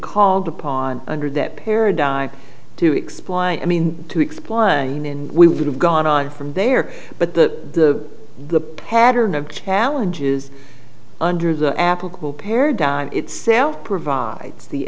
called upon under that paradigm to explain i mean to explain in we would have gone on from there but the the pattern of challenges under the applicable paradigm itself provide the